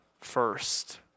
first